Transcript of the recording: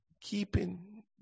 Keeping